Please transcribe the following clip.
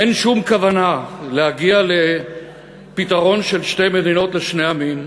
אין שום כוונה להגיע לפתרון של שתי מדינות לשני עמים.